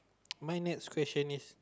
my next question is